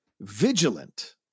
vigilant